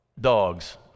Dogs